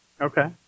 Okay